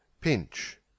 pinch